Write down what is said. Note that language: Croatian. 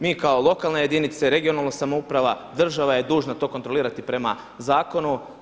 Mi kao lokalna jedinica, lokalna samouprava država je dužna to kontrolirati prema zakonu.